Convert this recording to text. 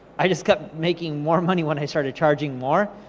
i just kept making more money, when i started charging more.